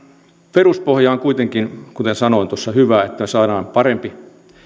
peruspohja on kuitenkin kuten sanoin tuossa hyvä se että saadaan parempi